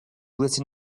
listen